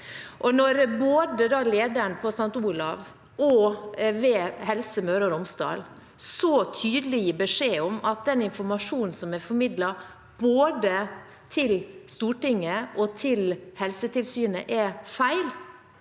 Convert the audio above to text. Når både lederen på St. Olavs hospital og ved Helse Møre og Romsdal så tydelig gir beskjed om at den informasjonen som er formidlet, både til Stortinget og til Helsetilsynet, er feil,